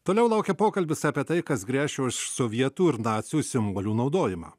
toliau laukia pokalbis apie tai kas gresia už sovietų ir nacių simbolių naudojimą